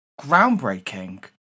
groundbreaking